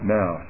now